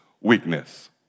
weakness